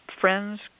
friends